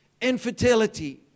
infertility